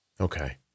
Okay